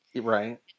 Right